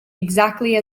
exactly